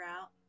out